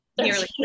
nearly